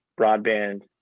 broadband